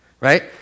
Right